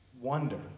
wonder